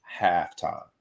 halftime